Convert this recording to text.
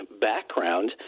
background